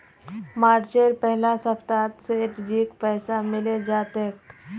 मार्चेर पहला सप्ताहत सेठजीक पैसा मिले जा तेक